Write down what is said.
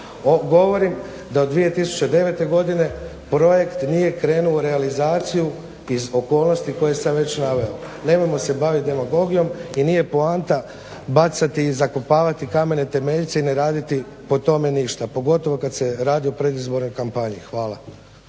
Govorim da od 2009. godine projekt nije krenuo u realizaciju iz okolnosti koje sam već naveo. Nemojmo se baviti demagogijom i nije poanta bacati i zakopavati kamene temeljce i ne raditi po tome ništa pogotovo kad se radi o predizbornoj kampanji. Hvala.